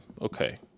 Okay